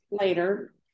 later